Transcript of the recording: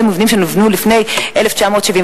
אלה מבנים שנבנו לפני 1975,